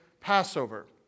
Passover